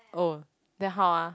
oh then how ah